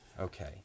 Okay